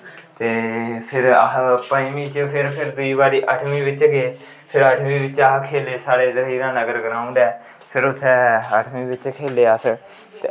ते फिर अस पं'जमी च फिर दूई बारी अठमीं बिच्च गे फिर अठमीं बिच्च खेले साढ़े इद्धर हीरा नगर साढ़े ग्राउंड ऐ फिर उत्थें अठमीं बिच्च खेले अस